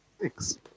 Thanks